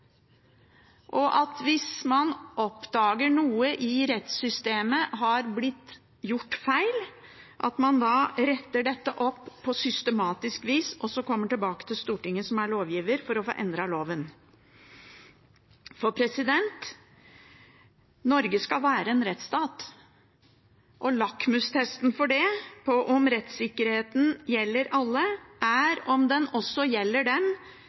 og at man, hvis man oppdager at noe i rettssystemet er blitt gjort feil, retter dette opp på systematisk vis og så kommer tilbake til Stortinget, som er lovgiver, for å få endret loven. For Norge skal være en rettsstat, og lakmustesten på om rettssikkerheten gjelder alle, er om den også gjelder dem